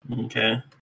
Okay